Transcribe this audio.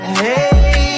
hey